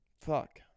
Fuck